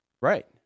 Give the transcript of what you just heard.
Right